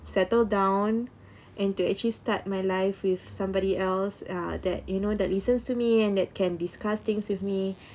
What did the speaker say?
settle down and to actually start my life with somebody else uh that you know that listens to me and that can discuss things with me